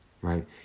right